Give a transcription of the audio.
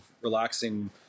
relaxing